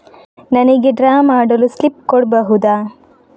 ನನಿಗೆ ಡ್ರಾ ಮಾಡಲು ಸ್ಲಿಪ್ ಕೊಡ್ಬಹುದಾ?